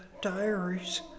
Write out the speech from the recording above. diaries